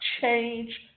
change